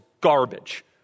garbage